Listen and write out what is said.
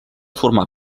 formar